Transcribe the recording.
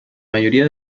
mayoría